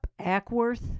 Ackworth